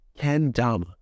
Kendama